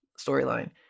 storyline